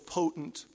potent